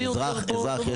אזרח,